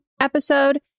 Episode